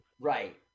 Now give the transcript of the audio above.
right